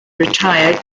retired